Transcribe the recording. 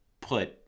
put